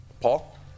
Paul